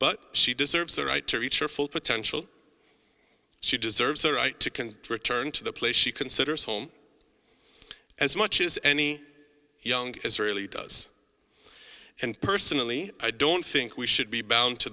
but she deserves the right to reach their full potential she deserves the right to can return to the place she considers home as much as any young israeli does and personally i don't think we should be bound to